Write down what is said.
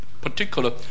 particular